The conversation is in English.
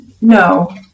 no